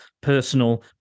personal